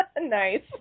nice